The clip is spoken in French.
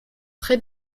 très